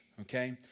Okay